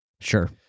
Sure